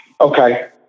Okay